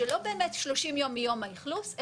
כשלא באמת 30 יום מיום האכלוס,